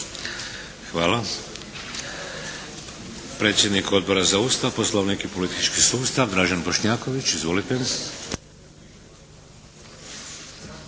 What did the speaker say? Hvala. Predsjednik Odbora za Ustav, Poslovnik i politički sustav Dražen Bošnjaković. Izvolite!